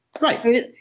Right